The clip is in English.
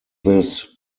this